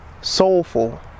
soulful